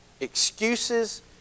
excuses